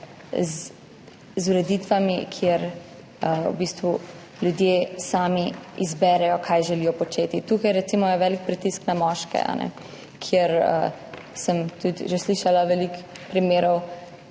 z ureditvami, kjer v bistvu ljudje sami izberejo, kaj želijo početi. Tukaj je recimo velik pritisk na moške. Slišala sem za že veliko primerov,